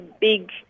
big